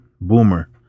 Boomer